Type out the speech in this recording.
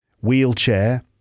Wheelchair